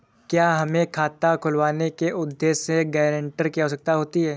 क्या हमें खाता खुलवाने के उद्देश्य से गैरेंटर की आवश्यकता होती है?